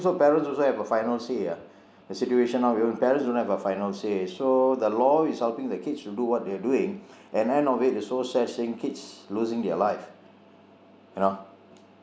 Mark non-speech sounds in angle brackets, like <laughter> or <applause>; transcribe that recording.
parents also have a final say ah in situation now even parents don't have a final say so the law is helping the kids should do what they are doing <breath> and end of it it's so sad seeing kids losing their live you know